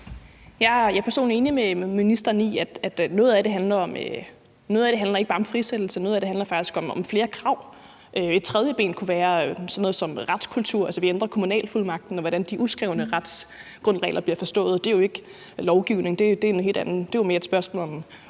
Jeg er personligt enig med ministeren i, at noget af det ikke bare handler om frisættelse, men at det faktisk handler om flere krav. Et tredje ben kunne være sådan noget som retskulturen, altså at vi ændrer kommunalfuldmagten og hvordan de uskrevne retsgrundregler bliver forstået, og det er jo ikke lovgivning. Det er noget helt